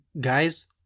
Guys